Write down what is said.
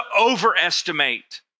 overestimate